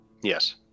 yes